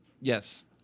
Yes